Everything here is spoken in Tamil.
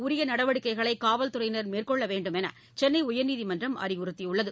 உரியநடவடிக்கைகளைகாவல்துறையினர் மேற்கொள்ளவேண்டும் என்றுசென்னையர்நீதிமன்றம் அறிவுறுத்தியுள்ளது